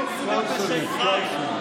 קונסולית בשנגחאי.